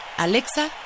Alexa